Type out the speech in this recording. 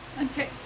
okay